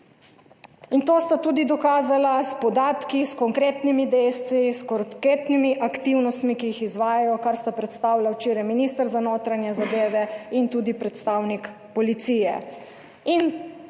To sta tudi dokazala s podatki, s konkretnimi dejstvi, s konkretnimi aktivnostmi, ki jih izvajajo, kar sta predstavila včeraj minister za notranje zadeve in tudi predstavnik policij.